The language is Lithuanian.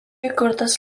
įkurtas